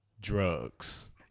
drugs